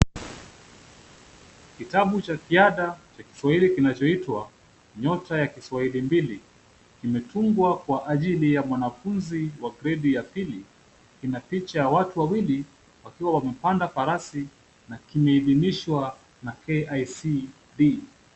Kitabu cha kiada cha kiswahili kinachoitwa Nyota ya Kiswahili Mbili. Kimetungwa kwa ajili ya mwanafunzi wa gredi ya pili, kina picha ya watu wawili, wakiwa wamepanda farasi, na kimeidhinishwa na KICD .